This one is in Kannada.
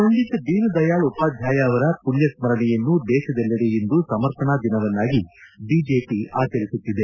ಪಂಡಿತ್ ದೀನದಯಾಳ್ ಉಪಾಧ್ವಾಯ ಅವರ ಪುಣ್ಣಸ್ವರಣೆಯನ್ನು ದೇಶದೆಲ್ಲೆಡೆ ಇಂದು ಸಮರ್ಪಣಾ ದಿನವನ್ನಾಗಿ ಬಿಜೆಪಿ ಆಚರಿಸುತ್ತಿದೆ